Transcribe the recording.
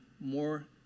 more